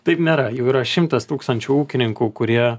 taip nėra jau yra šimtas tūkstančių ūkininkų kurie